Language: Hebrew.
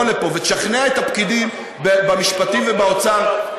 לפה ותשכנע את הפקידים במשפטים ובאוצר,